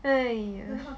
!aiya!